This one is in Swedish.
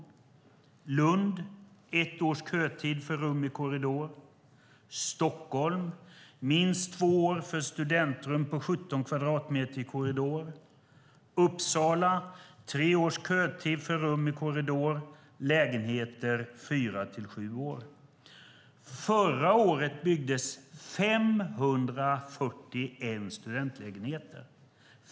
I Lund är det ett års kötid för rum i korridor, i Stockholm är det minst två års kötid för studentrum på 17 kvadratmeter i korridor, och i Uppsala är det tre års kötid för rum i korridor, och för lägenheter är kötiden fyra till sju år. Förra året byggdes 541 studentlägenheter.